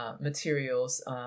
materials